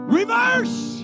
Reverse